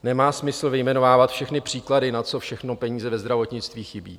Nemá smysl vyjmenovávat všechny příklady, na co všechno peníze ve zdravotnictví chybějí.